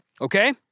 Okay